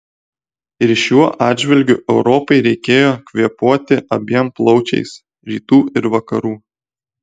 ir šiuo atžvilgiu europai reikėjo kvėpuoti abiem plaučiais rytų ir vakarų